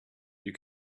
you